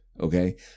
okay